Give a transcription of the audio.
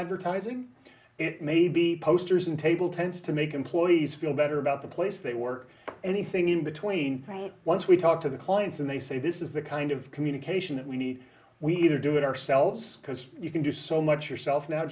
advertising it may be posters and table tents to make employees feel better about the place they work anything in between once we talk to the clients and they say this is the kind of communication that we need we either do it ourselves because you can do so much yourself now